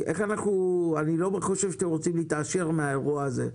אני לא חושב שאתם רוצים להתעשר מהאירוע הזה.